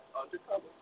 undercover